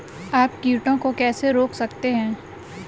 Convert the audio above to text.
आप कीटों को कैसे रोक सकते हैं?